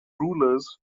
rulers